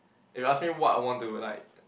if you ask me what I want to like